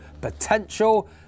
potential